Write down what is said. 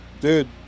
Dude